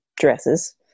dresses